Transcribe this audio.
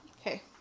Okay